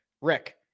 Rick